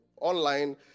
online